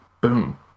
boom